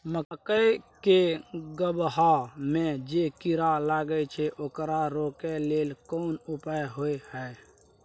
मकई के गबहा में जे कीरा लागय छै ओकरा रोके लेल कोन उपाय होय है?